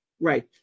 Right